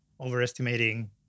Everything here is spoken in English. overestimating